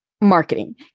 Marketing